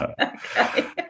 Okay